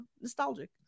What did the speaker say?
nostalgic